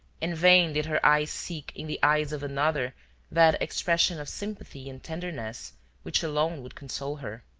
in vain did her eyes seek in the eyes of another that expression of sympathy and tenderness which alone would console her.